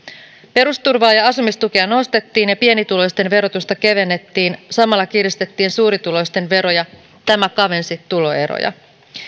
perusturvaa ja ja asumistukea nostettiin ja pienituloisten verotusta kevennettiin samalla kiristettiin suurituloisten veroja tämä kavensi tuloeroja